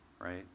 right